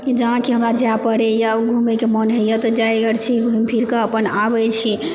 जहाँ कि हमरा जाए पड़ैए घुमएके मन होइए तऽ जाइत आर छी घुमि फिर कऽ अपन आबैत छी